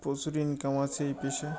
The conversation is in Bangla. প্রচুর ইনকাম আছে এই পেশায়